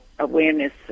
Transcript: awareness